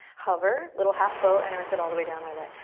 hover, little half boat. i know i said all the way down, i lied.